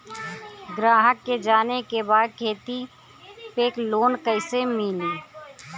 ग्राहक के जाने के बा की खेती पे लोन कैसे मीली?